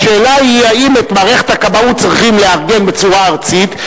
השאלה היא אם את מערכת הכבאות צריכים לארגן בצורה ארצית,